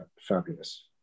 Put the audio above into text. fabulous